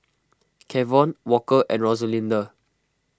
Kevon Walker and Rosalinda